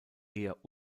eher